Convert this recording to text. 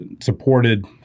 supported